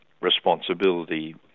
responsibility